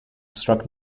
struck